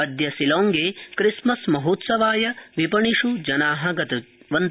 अद्य शिलांगे क्रिसमस महोत्सवाय विपणिष् जना गतवन्त